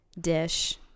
dish